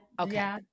Okay